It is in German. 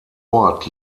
ort